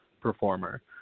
performer